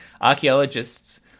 archaeologists